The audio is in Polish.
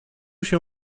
się